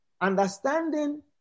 understanding